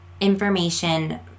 information